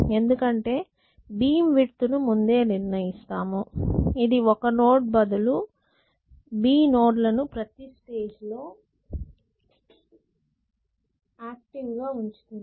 ఎందుకంటే beam width ను ముందే నిర్ణయిస్తాము ఇది ఒక నోడ్ బదులు b నోడ్ లను ప్రతి స్టేజి లో ఆక్టివ్ గా ఉంచుతుంది